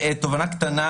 תובנה קטנה,